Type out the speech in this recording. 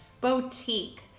Boutique